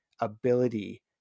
ability